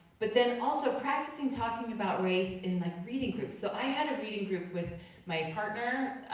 but then also practicing talking about race in like reading groups. so i had a reading group with my partner,